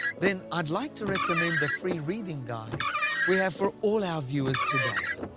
then i'd like to recommend the free reading guide we have for all our viewers today.